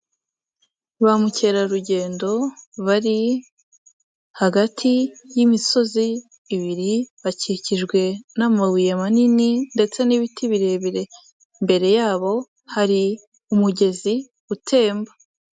Ba mukerarugendo bari hagati y'imisozi ibiri bakikijwe n'amabuye manini ndetse n'ibiti birebire, Imbere yabo hari umugezi utemba.